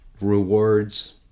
rewards